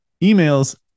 emails